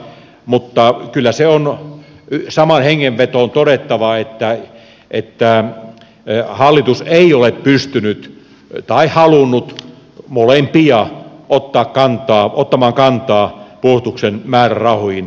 mutta kyllä se on samaan hengenvetoon todettava että hallitus ei ole pystynyt ottamaan tai halunnut ottaa molempia kantaa puolustuksen määrärahoihin